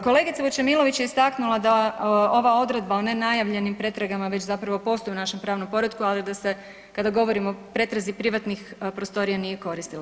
Kolegica Vučemilović je istaknula da ova odredba o nenajavljenim pretragama već zapravo postoji u našem pravnom poretku, ali da se kada govorimo o pretrazi privatnih prostorija nije koristila.